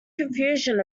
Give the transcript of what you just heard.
confusion